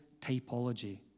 typology